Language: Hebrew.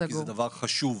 כי זה דבר חשוב.